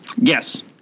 Yes